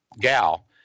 gal